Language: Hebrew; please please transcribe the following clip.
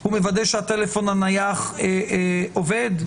הוא מוודא שהטלפון הנייח עובד?